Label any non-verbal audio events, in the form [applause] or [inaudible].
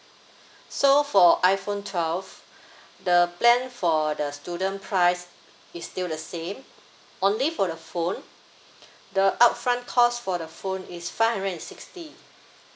so for iphone twelve [breath] the plan for the student price is still the same only for the phone the upfront cause for the phone is five hundred and sixty